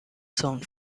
sound